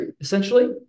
essentially